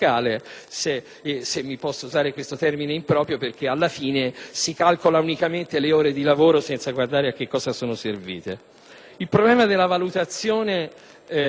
se posso usare questo termine improprio, perché, alla fine, si calcolano unicamente le ore di lavoro senza guardare a cosa siano servite. Il problema della valutazione